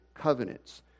Covenants